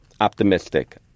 optimistic